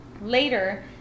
Later